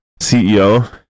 CEO